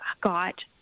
got